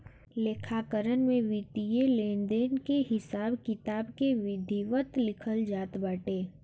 लेखाकरण में वित्तीय लेनदेन के हिसाब किताब के विधिवत लिखल जात बाटे